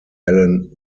alan